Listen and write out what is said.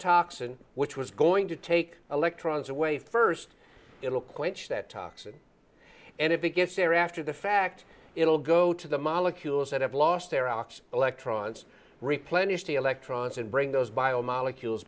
toxin which was going to take electrons away first it will quench that toxin and if it gets there after the fact it will go to the molecules that have lost their ox electrons replenish the electrons and bring those biomolecules